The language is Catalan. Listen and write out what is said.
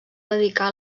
dedicar